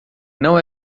não